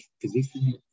position